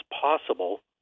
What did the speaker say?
possible